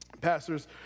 Pastors